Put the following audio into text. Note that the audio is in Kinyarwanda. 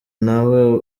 ntawe